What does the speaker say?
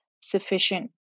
sufficient